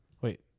Wait